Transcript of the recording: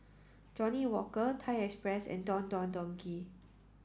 Johnnie Walker Thai Express and Don Don Donki